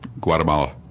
Guatemala